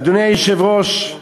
אדוני היושב-ראש,